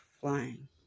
flying